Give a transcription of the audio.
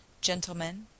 gentlemen